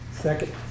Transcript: second